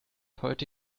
heute